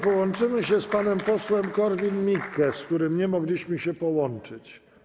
Połączymy się z panem posłem Korwin-Mikkem, z którym nie mogliśmy się połączyć.